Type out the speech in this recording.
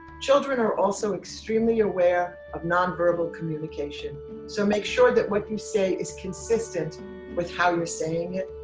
children are also extremely aware of nonverbal communication so make sure that what you say is consistent with how you're saying it.